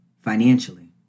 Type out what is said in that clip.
financially